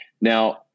Now